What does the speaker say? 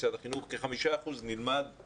נלמדו